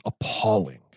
appalling